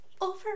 Over